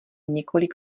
několik